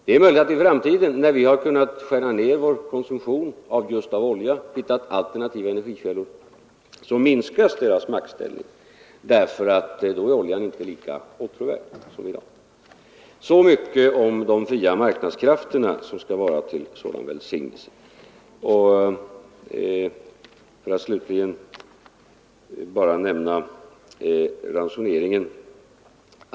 Det är möjligt att i framtiden, när vi har kunnat skära ned vår konsumtion just av oljan genom att vi har hittat alternativa energikällor, så minskas dessa länders maktställning, därför att då är oljan inte lika åtråvärd som i dag. Så mycket om de fria marknadskrafterna som sägs vara till sådan välsignelse. Sedan bara ett ord om ransoneringen.